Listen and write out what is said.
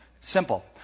Simple